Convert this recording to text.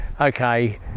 Okay